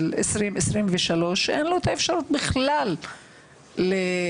שנת 2023 שאין לו את האפשרות בכלל לאינטרנט,